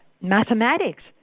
mathematics